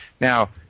now